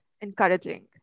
encouraging